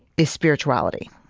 is spirituality